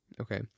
okay